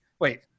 wait